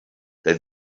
that